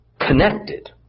connected